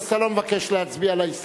אז אתה לא מבקש להצביע על ההסתייגות,